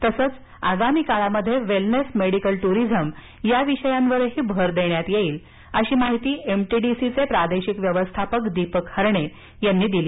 तसंच आगामी काळात वेलनेस मेडिकल टुरिझम या विषयांवरही भर देण्यात येईल अशी माहिती एमटीडीसीचे प्रादेशिक व्यवस्थापक दीपक हरणे यांनी दिली